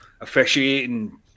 officiating